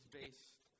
based